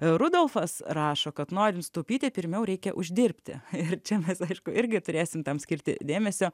rudolfas rašo kad norint sutaupyti pirmiau reikia uždirbti ir čia aišku irgi turėsim tam skirti dėmesio